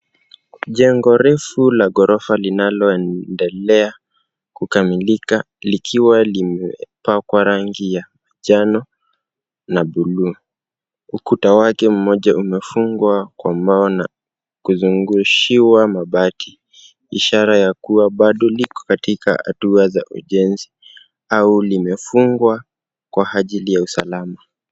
Jengo refu la gorofa linaloendelea kukamilika likiwa limepakwa rangi ya njano na bluu. Ukuta wake mmoja umefungwa kwa mbao na kuzungushiwa mabati ishara ya kuwa bado liko katika hatua za ujenzi au limefungwa kwa ajili ya usalama.